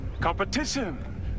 Competition